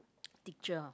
teacher